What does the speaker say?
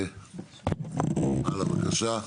הלאה, בבקשה.